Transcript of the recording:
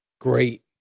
great